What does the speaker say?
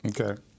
Okay